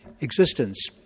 existence